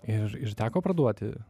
ir ir teko parduoti